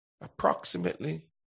approximately